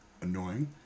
annoying